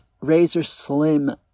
razor-slim